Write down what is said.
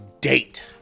date